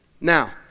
Now